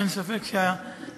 אין ספק שהאזרחים,